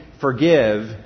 forgive